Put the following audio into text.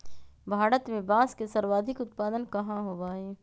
भारत में बांस के सर्वाधिक उत्पादन कहाँ होबा हई?